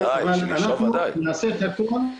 אנחנו נעשה את הכול.